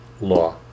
law